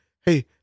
Hey